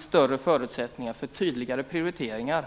större förutsättningar för tydligare prioriteringar.